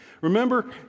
Remember